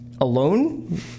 alone